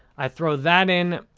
i throw that in,